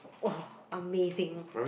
!wah! amazing